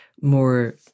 more